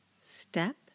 step